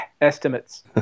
Estimates